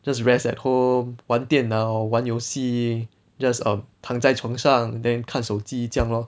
just rest at home 玩电脑玩游戏 just err 躺在床上 then 看手机这样 lor